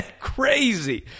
crazy